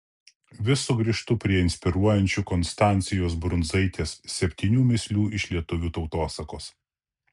vis sugrįžtu prie inspiruojančių konstancijos brundzaitės septynių mįslių iš lietuvių tautosakos